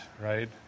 right